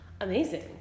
amazing